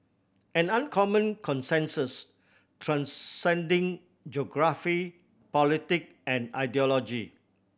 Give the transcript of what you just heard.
an uncommon consensus transcending geography politic and ideology